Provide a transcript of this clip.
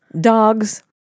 dogs